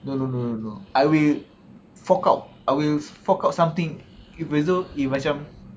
no no no no I will fork out I will fork out something you've resolved eh macam